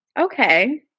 Okay